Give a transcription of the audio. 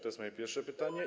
To jest moje pierwsze pytanie.